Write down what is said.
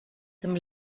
dem